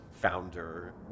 founder